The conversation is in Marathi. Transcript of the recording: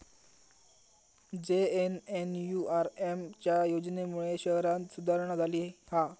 जे.एन.एन.यू.आर.एम च्या योजनेमुळे शहरांत सुधारणा झाली हा